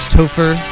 Topher